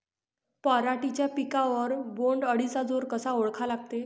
पराटीच्या पिकावर बोण्ड अळीचा जोर कसा ओळखा लागते?